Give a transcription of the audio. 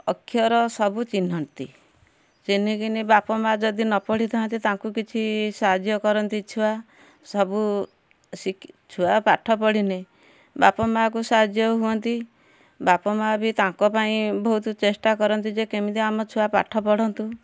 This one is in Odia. ଅକ୍ଷର ସବୁ ଚିହ୍ନନ୍ତି ଚିହ୍ନିକିନି ବାପ ମାଁ ଯଦି ନ ପଢ଼ିଥାନ୍ତି ତାଙ୍କୁ କିଛି ସାହାଯ୍ୟ କରନ୍ତି ଛୁଆ ସବୁ ଶିଖି ଛୁଆ ପାଠ ପଢ଼ିନି ବାପା ମାଁକୁ ସାହାଯ୍ୟ ହୁଅନ୍ତି ବାପା ମାଁ ବି ତାଙ୍କ ପାଇଁ ବହୁତ ଚେଷ୍ଟା କରନ୍ତି ଯେ କେମିତି ଆମ ଛୁଆ ପାଠ ପଢ଼ନ୍ତୁ